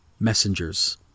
messengers